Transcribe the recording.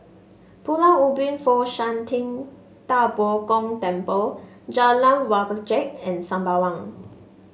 Pulau Ubin Fo Shan Ting Da Bo Gong Temple Jalan Wajek and Sembawang